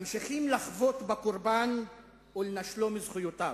ממשיכים לחבוט בקורבן ולנשלו מזכויותיו.